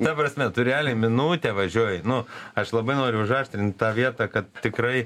ta prasme tu realiai minutę važiuoji nu aš labai noriu užaštrint tą vietą kad tikrai